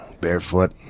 barefoot